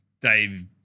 Dave